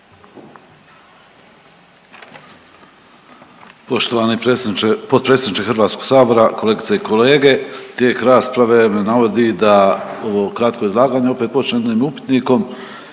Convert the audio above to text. potpredsjedniče Hrvatskog sabora, kolegice i kolege, tijek rasprave me navodi da ovo kratko izlaganje opet počnem jednim upitnikom.